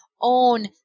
own